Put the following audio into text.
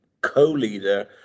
co-leader